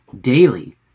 daily